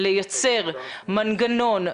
אבל מצד שני זה יוצר קושי אמיתי איך לרתום את הקטינים האלה.